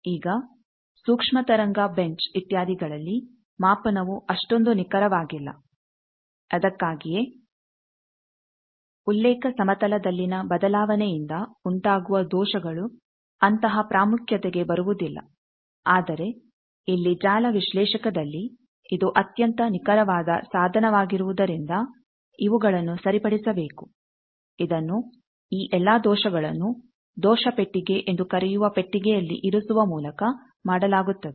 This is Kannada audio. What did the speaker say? ಈಗ ಸೂಕ್ಷ್ಮ ತರಂಗ ಬೆಂಚ್ ಇತ್ಯಾದಿಗಳಲ್ಲಿ ಮಾಪನವು ಅಷ್ಟೊಂದು ನಿಖರವಾಗಿಲ್ಲ ಅದಕ್ಕಾಗಿಯೇ ಉಲ್ಲೇಖ ಸಮತಲದಲ್ಲಿನ ಬದಲಾವಣೆಯಿಂದ ಉಂಟಾಗುವ ದೋಷಗಳು ಅಂತಹ ಪ್ರಾಮುಖ್ಯತೆಗೆ ಬರುವುದಿಲ್ಲ ಆದರೆ ಇಲ್ಲಿ ಜಾಲ ವಿಶ್ಲೇಷಕದಲ್ಲಿ ಇದು ಅತ್ಯಂತ ನಿಖರವಾದ ಸಾಧನವಾಗಿರುವುದರಿಂದ ಇವುಗಳನ್ನು ಸರಿಪಡಿಸಬೇಕು ಇದನ್ನು ಈ ಎಲ್ಲಾ ದೋಷಗಳನ್ನು ದೋಷ ಪೆಟ್ಟಿಗೆ ಎಂದು ಕರೆಯುವ ಪೆಟ್ಟಿಗೆಯಲ್ಲಿ ಇರಿಸುವ ಮೂಲಕ ಮಾಡಲಾಗುತ್ತದೆ